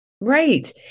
Right